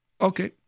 Okay